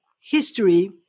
history